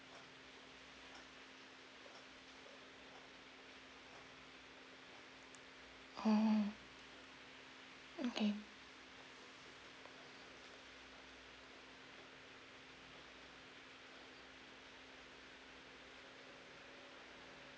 oh okay